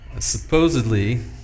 Supposedly